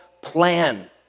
plan